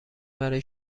برای